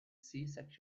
sections